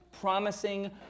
promising